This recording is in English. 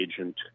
agent